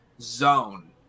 zone